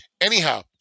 Anyhow